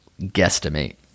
guesstimate